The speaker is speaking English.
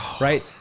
right